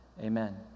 amen